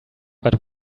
but